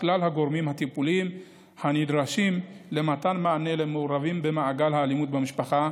כלל הגורמים הטיפולים הנדרשים למתן מענה למעורבים במעגל האלימות במשפחה,